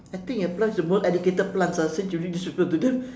I think your plants is the most educated plants ah since you redistribute to them